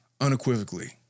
unequivocally